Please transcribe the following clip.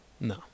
No